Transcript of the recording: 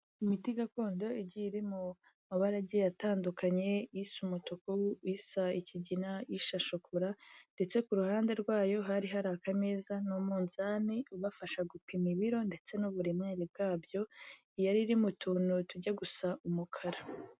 Imiti gakondo igiye, iri mu mabarage atandukanye isa umutuku, isa ikigina, isa shokora, ndetse ku ruhande rwayo hari hari akameza n'umuzani ubafasha gupima ibiro ndetse n'uburemere bwabyo, yari iri mu tuntu tujya gusa umukara.